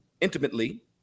intimately